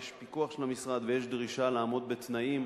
יש פיקוח של המשרד ויש דרישה לעמוד בתנאים